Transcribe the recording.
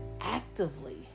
actively